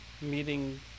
meeting